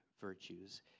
virtues